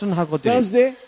Thursday